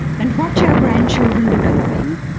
and watch our grandchildren developing,